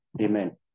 Amen